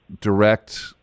direct